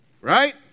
Right